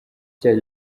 cyaha